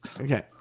okay